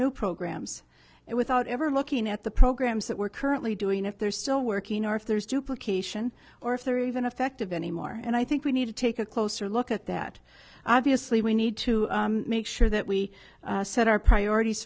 new programs it without ever looking at the programs that we're currently doing if they're still working or if there's duplication or if they're even effective anymore and i think we need to take a closer look at that obviously we need to make sure that we set our priorities